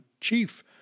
chief